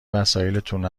وسایلاتون